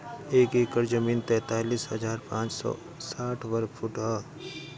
एक एकड़ जमीन तैंतालीस हजार पांच सौ साठ वर्ग फुट ह